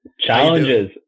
Challenges